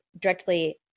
directly